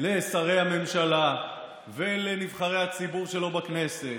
לשרי הממשלה ולנבחרי הציבור שלו בכנסת